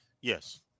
Yes